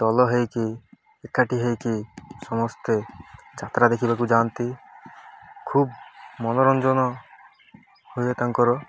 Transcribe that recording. ଦଲ ହେଇକି ଏକାଠି ହୋଇକି ସମସ୍ତେ ଯାତ୍ରା ଦେଖିବାକୁ ଯାଆନ୍ତି ଖୁବ୍ ମନୋରଞ୍ଜନ ହୁଏ ତାଙ୍କର